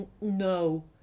No